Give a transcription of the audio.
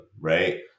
right